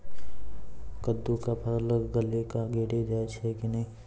कददु के फल गली कऽ गिरी जाय छै कैने?